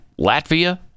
Latvia